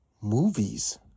movies